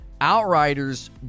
Outriders